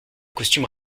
costume